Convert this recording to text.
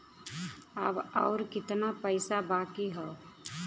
अब अउर कितना पईसा बाकी हव?